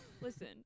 listen